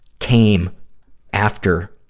came after